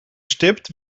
stipt